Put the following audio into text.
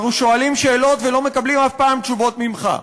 אנחנו שואלים שאלות ולא מקבלים אף פעם תשובות ממך.